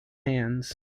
hands